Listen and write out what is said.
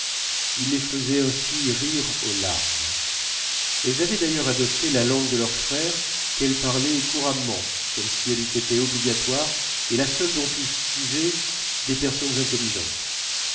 il les faisait ainsi rire aux larmes elles avaient d'ailleurs adopté la langue de leur frère qu'elles parlaient couramment comme si elle eût été obligatoire et la seule dont pussent user des personnes intelligentes